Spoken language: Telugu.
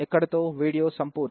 trueVal 0